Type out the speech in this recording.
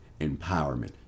empowerment